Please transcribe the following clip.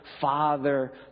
father